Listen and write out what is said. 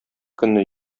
көнне